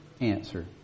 answer